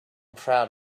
proud